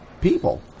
people